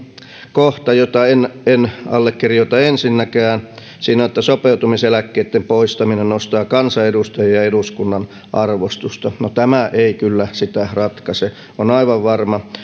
kohta jota en en allekirjoita alkuunkaan siinä on että sopeutumiseläkkeiden poistaminen nostaa kansanedustajien ja eduskunnan arvostusta no tämä ei kyllä sitä ratkaise on aivan varmaa